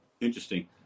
Interesting